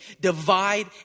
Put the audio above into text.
divide